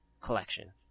collection